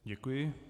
Děkuji.